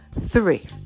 three